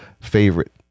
favorite